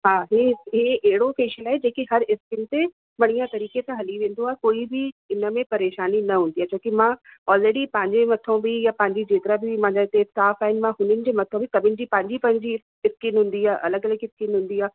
हा हे हे अहिड़ो फ़ेशियल आहे जेकि हर स्किन ते बढ़िया तरीक़े सां हली वेंदो आहे कोई बि इनमें परेशानी न हूंदी आहे छोकि मां ऑलरेडी पंहिंजे मथों बि या पंहिंजी जेतिरा बि मूंहिंजा हिते स्टाफ़ आहिनि मां हुननि जे मथां सभिनि जी पंहिंजी पंहिंजी स्किन हूंदी आहे अलॻि अलॻि स्किन हूंदी आहे